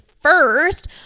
first